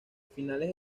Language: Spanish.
finales